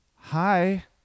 hi